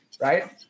right